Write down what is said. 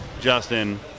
justin